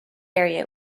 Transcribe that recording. area